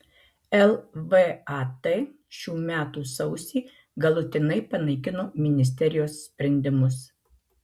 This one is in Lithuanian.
lvat šių metų sausį galutinai panaikino ministerijos sprendimus